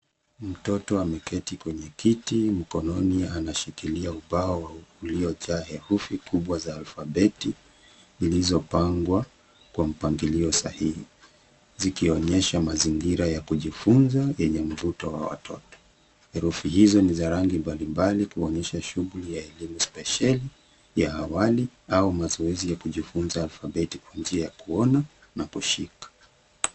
Mtoto ameketi kwenye kiti mkononi anashikilia ubao uliojaa herufi kubwa za alfabeti zilizopangwa kwa mpangilio sahihi. Zikionyesha mazingira ya kujifunza yenye mvuto wa watoto. Herufi hizo ni za rangi mbali mbali kuonyesha shughuli ya elimu spesheli ya awali au mazoezi ya kujifunza alfabeti kwa njia ya kuona na kushika.